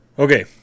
Okay